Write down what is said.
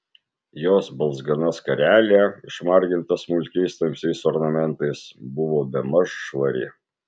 jos balzgana skarelė išmarginta smulkiais tamsiais ornamentais buvo bemaž švari